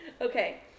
Okay